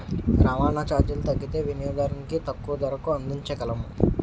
రవాణా చార్జీలు తగ్గితే వినియోగదానికి తక్కువ ధరకు అందించగలము